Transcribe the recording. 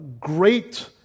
great